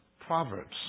Proverbs